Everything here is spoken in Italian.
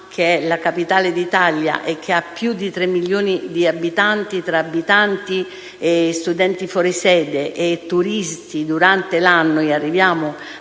Grazie,